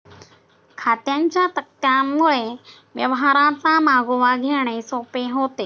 खात्यांच्या तक्त्यांमुळे व्यवहारांचा मागोवा घेणे सोपे होते